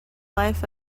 life